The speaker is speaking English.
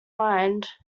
mind